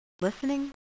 listening